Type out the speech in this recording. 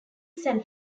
san